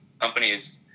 companies